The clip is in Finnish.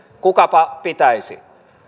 kukapa pitäisi